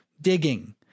digging